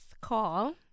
call